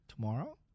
Tomorrow